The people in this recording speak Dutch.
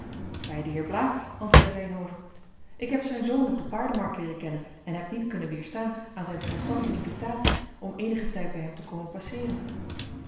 bij den heer blaek antwoordde reynhove ik heb zijn zoon op de paardenmarkt leeren kennen en heb niet kunnen weerstaan aan zijn pressante invitatie om eenigen tijd bij hem te komen passeeren